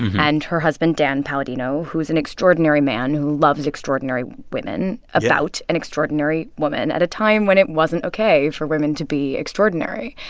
and her husband, dan palladino, who's an extraordinary man who loves extraordinary women, about an extraordinary woman at a time when it wasn't ok for women to be extraordinary.